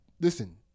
Listen